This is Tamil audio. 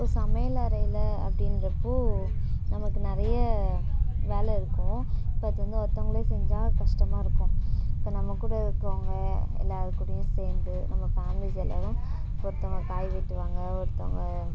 இப்போ சமையல் அறையில் அப்படின்ற அப்போ நமக்கு நிறைய வேலை இருக்கும் இப்போ அது வந்து ஒருத்தவங்களே செஞ்சால் கஷ்டமாக இருக்கும் இப்போ நம்ம கூட இருக்கவங்க எல்லாரும் கூடையும் சேர்ந்து நம்ம ஃபேம்லிஸ் எல்லாரும் இப்போ ஒருத்தவங்க காய் வெட்டுவாங்க ஒருத்தவங்க